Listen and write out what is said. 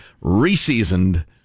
re-seasoned